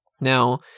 now